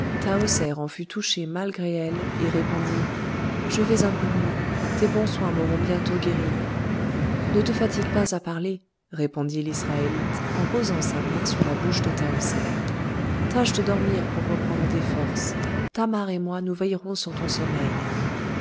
en fut touchée malgré elle et répondit je vais un peu mieux tes bons soins m'auront bientôt guérie ne te fatigue pas à parler répondit l'israélite en posant sa main sur la bouche de tahoser tâche de dormir pour reprendre des forces thamar et moi nous veillerons sur ton sommeil